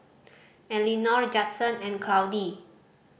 Elinor Judson and Claudie